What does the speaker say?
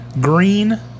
Green